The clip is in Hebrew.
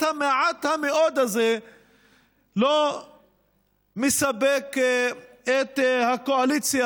המעט-המאוד הזה לא מספק את הקואליציה